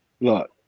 Look